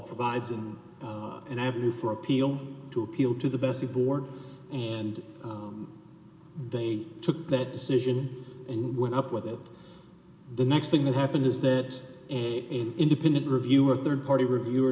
provides an avenue for appeal to appeal to the best the board and they took that decision and went up with it the next thing that happens is that an independent review or rd party review or